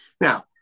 Now